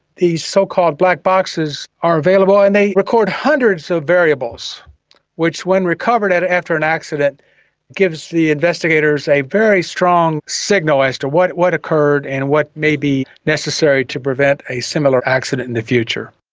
these so-called black boxes are available and they record hundreds of variables which when recovered after an accident gives the investigators a very strong signal as to what what occurred and what may be necessary to prevent a similar accident in the future.